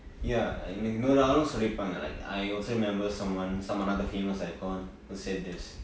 ya எனக்கு இன்னொரு ஆளும் சொல்லிருக்காங்க:enakku innoru aalum sollirukaanga like I also remember someone someone some other famous icon that said that